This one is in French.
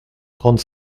trente